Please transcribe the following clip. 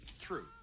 True